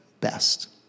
best